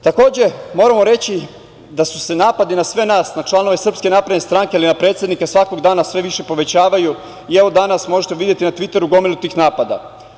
Takođe, moramo reći da su se napadi na sve nas, na članove SNS, ali i na predsednika svakog dana sve više povećavaju, evo danas možete videti na „Tviteru“ gomilu tih napada.